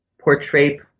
portray